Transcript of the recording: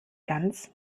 ganz